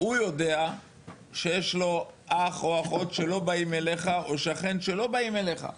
הוא יודע שיש לו אח או אחות שלא באים אליך או שכן שלא באים אליך,